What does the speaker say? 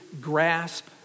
grasp